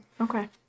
Okay